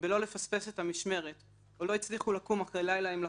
בלא לפספס את המשמרת או שלא הצליחו לקום אחרי לילה עם לקוחות.